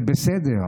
זה בסדר.